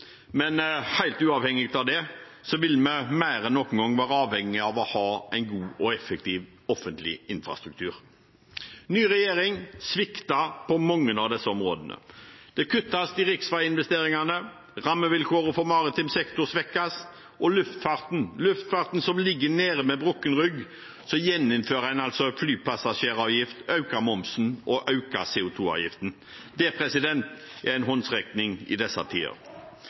men helt uavhengig av det vil vi mer enn noen gang være avhengig av å ha en god og effektiv offentlig infrastruktur. Den nye regjeringen svikter på mange av disse områdene. Det kuttes i riksveiinvesteringene, rammevilkårene for maritim sektor svekkes, og for luftfarten – som ligger nede med brukket rygg – gjeninnfører en altså flypassasjeravgift, øker momsen og øker CO 2 -avgiften. Det er en håndsrekning i disse